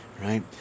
right